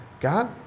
god